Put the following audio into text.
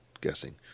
guessing